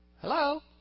Hello